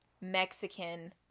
mexican